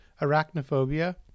Arachnophobia